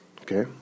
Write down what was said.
Okay